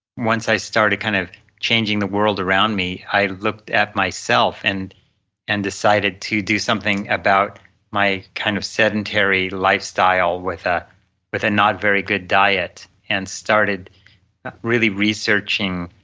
once i started kind of changing the world around me, i looked at myself and and decided to do something about my kind of sedentary lifestyle with ah with a not very good diet and started really researching